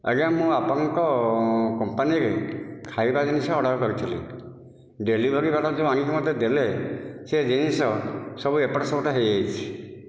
ଆଜ୍ଞା ମୁଁ ଆପଣଙ୍କ କମ୍ପାନୀରେ ଖାଇବା ଜିନିଷ ଅର୍ଡ଼ର କରିଥିଲି ଡେଲିଭରୀବାଲା ଯେଉଁ ଆଣିକି ମତେ ଦେଲେ ସେ ଜିନିଷ ସବୁ ଏପଟ ସେପଟ ହୋଇଯାଇଛି